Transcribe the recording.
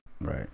Right